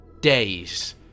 days